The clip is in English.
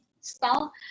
style